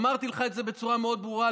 אמרתי לך את זה בצורה מאוד ברורה,